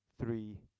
three